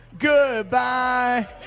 Goodbye